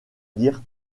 dire